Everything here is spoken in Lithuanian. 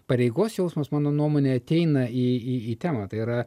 pareigos jausmas mano nuomone ateina į į temą tai yra